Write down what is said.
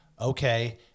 okay